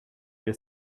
wir